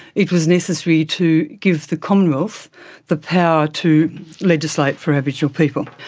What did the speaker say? it was necessary to give the commonwealth the power to legislate for aboriginal people.